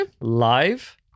live